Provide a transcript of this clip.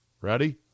Ready